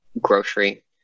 grocery